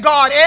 God